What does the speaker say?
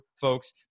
folks